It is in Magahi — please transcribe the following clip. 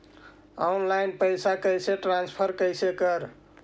ऑनलाइन पैसा कैसे ट्रांसफर कैसे कर?